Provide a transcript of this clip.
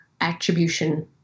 attribution